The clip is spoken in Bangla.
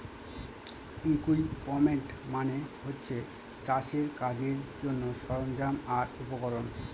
ইকুইপমেন্ট মানে হচ্ছে চাষের কাজের জন্যে সরঞ্জাম আর উপকরণ